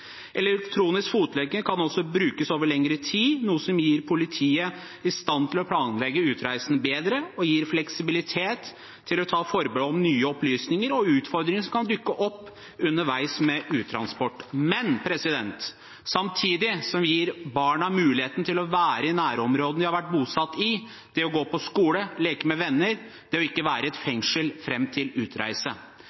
Elektronisk fotlenke kan også brukes over lengre tid, noe som gjør politiet i stand til å planlegge utreisen bedre og gir fleksibilitet til å ta forbehold om nye opplysninger og utfordringer som kan dukke opp underveis med uttransport, men samtidig som vi gir barna mulighet til å være i nærområdet de har vært bosatt i, gå på skole, leke med venner og ikke være i